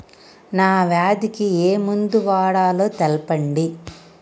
ఏ వ్యాధి కి ఏ మందు వాడాలో తెల్పండి?